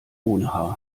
ohne